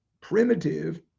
primitive